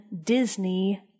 Disney